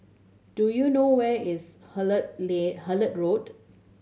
do you know where is Hullet Road